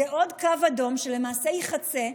זה עוד קו אדום שלמעשה ייחצה,